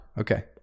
okay